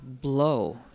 blow